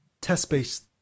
test-based